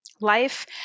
life